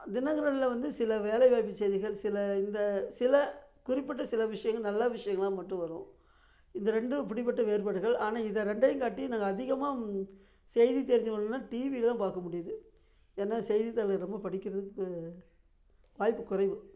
தினகரனில் வந்து சில வேலைவாய்ப்பு செய்திகள் சில இந்த சில குறிப்பிட்ட சில விஷயங்கள் நல்ல விஷயங்களா மட்டும் வரும் இந்த ரெண்டும் இப்டிப்பட்ட வேறுபாடுகள் ஆனால் இதை ரெண்டையுங்காட்டி நாங்கள் அதிகமாக செய்தி தெரிஞ்சுக்கணுன்னா டிவியில் தான் பார்க்க முடியுது ஏன்னால் செய்தித்தாள்கள் ரொம்ப படிக்கிறதுக்கு வாய்ப்புக்குறைவு